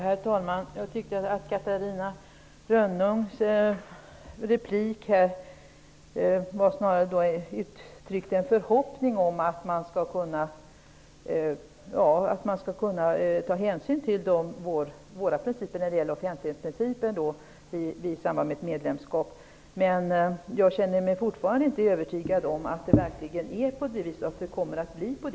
Herr talman! Jag tycker att Catarina Rönnungs replik uttryckte en förhoppning om att man skall kunna ta hänsyn till t.ex. vår offentlighetsprincip i samband med ett medlemskap. Jag känner mig dock fortfarande inte övertygad om att det verkligen kommer att bli så.